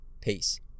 Peace